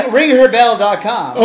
ringherbell.com